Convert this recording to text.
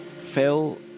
Phil